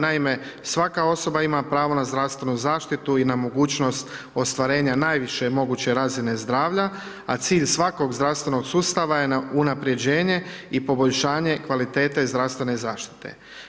Naime, svaka osoba ima pravo na zdravstvenu zaštitu i na mogućnost ostvarenje najviše moguće razine zdravlja a cilj svakog zdravstvenog sustava je unaprjeđenje i poboljšanje kvalitete zdravstvene zaštite.